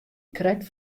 krekt